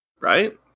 Right